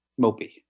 mopey